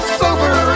sober